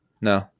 no